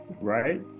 right